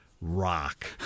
Rock